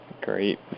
Great